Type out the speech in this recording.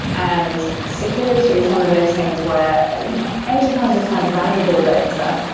and security is one of those things where you know enterprises have valuable data.